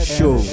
Show